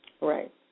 Right